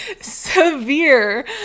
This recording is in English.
Severe